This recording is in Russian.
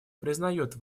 признает